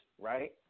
right